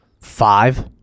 Five